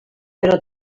però